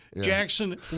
Jackson